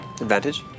Advantage